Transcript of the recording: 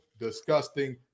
disgusting